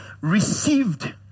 Received